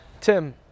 tim